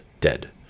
dead